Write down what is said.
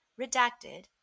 Redacted